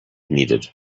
needed